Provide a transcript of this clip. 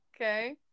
Okay